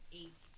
eight